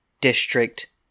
district